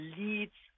leads